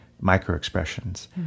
micro-expressions